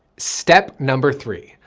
step number three,